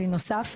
וי נוסף.